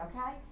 okay